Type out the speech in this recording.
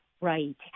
Right